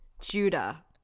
judah